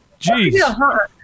Jeez